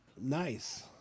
Nice